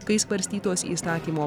kai svarstytos įstatymo